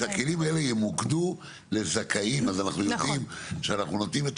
שהכלים האלה ימוקדו לזכאים ואז אנחנו יודעים שאנחנו נותנים את